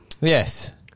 yes